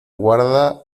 guarda